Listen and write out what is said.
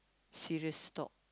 serious talk